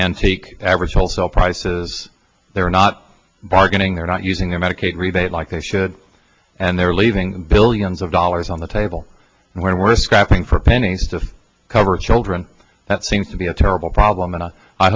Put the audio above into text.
antique average wholesale prices they're not bargaining they're not using their medicaid rebate like they should and they're leaving billions of dollars on the table and we're scrapping for pennies to cover children that seems to be a terrible problem and i